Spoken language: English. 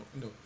No